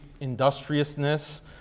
industriousness